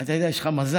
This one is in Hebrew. אתה יודע, יש לך מזל.